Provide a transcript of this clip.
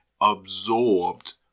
absorbed